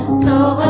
so